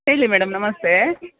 ಹೇಳಿ ಮೇಡಮ್ ನಮಸ್ತೆ